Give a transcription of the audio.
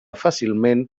fàcilment